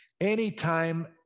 anytime